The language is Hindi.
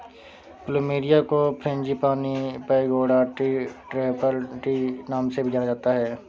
प्लूमेरिया को frangipani, pagoda tree, temple tree नाम से भी जाना जाता है